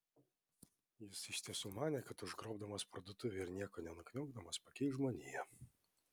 jis iš tiesų manė kad užgrobdamas parduotuvę ir nieko nenukniaukdamas pakeis žmoniją